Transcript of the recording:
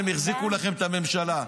אז הם החזיקו לכם את הממשלה.